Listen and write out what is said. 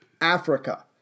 Africa